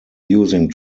using